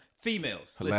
Females